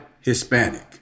Hispanic